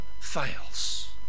fails